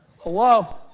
Hello